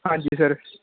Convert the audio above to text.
ਹਾਂਜੀ ਸਰ